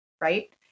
right